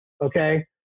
Okay